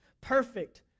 perfect